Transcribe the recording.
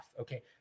okay